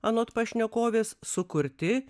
anot pašnekovės sukurti